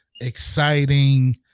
exciting